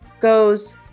goes